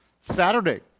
Saturday